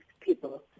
people